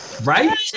Right